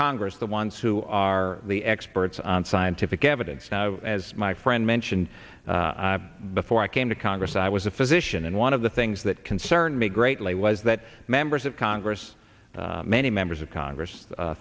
congress the ones who are the experts on scientific evidence as my friend mentioned before i came to congress i was a physician and one of the things that concerned me greatly was that members of congress many members of congress